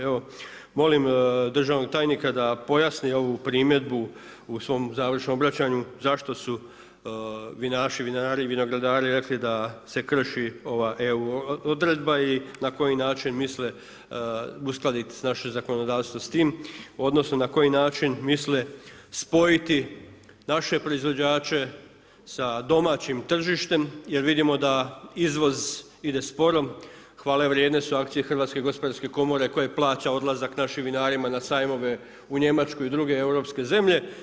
Evo molim državnog tajnika da pojasni ovu primjedbu u svom završnom obraćanju zašto su vinaši, vinari, vinogradari da se krši ova EU odredba i na koji način misle uskladiti naše zakonodavstvo s time odnosno na koji način misle spojiti naše proizvođače sa domaćim tržištem jer vidimo da izvoz ide sporo, hvalevrijedne su akcije HGK-a koja plaća odlazak našim vinarima na sajmove u Njemačku i druge europske zemlje.